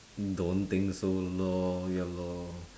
don't think so long ya lor